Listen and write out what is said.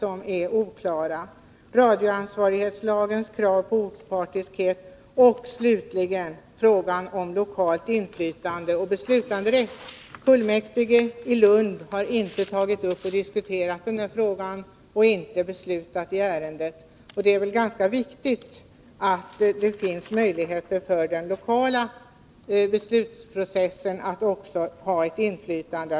Det gäller radioansvarighetslagens krav på opartiskhet och frågan om inflytande och beslutanderätt lokalt. Fullmäktige i Lund har inte tagit upp och diskuterat denna fråga och inte beslutat i ärendet. Och det är väl ganska viktigt att det finns möjligheter att genom den lokala beslutsprocessen utöva inflytande.